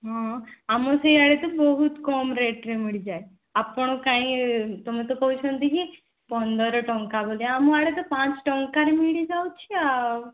ହଁ ଆମ ସିଆଡ଼େ ତ ବହୁତ କମ ରେଟ୍ରେ ମିଳିଯାଏ ଆପଣ କାଇଁ ତମେତ କହିଛନ୍ତି କି ପନ୍ଦର ଟଙ୍କା ବୋଲି ଆମ ଆଡ଼େ ତ ପାଞ୍ଚ ଟଙ୍କାରେ ମିଳିଯାଉଛି ଆଉ